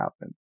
happen